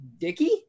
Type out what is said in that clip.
Dicky